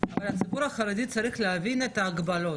הרי הציבור החרדי צריך להבין את ההגבלות,